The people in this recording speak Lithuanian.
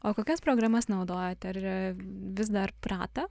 o kokias programas naudojate ar yra vis dar pratą